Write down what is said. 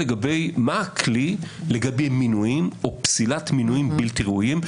הכלי לגבי מינויים או פסילת מינויים בלתי ראויים,